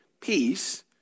peace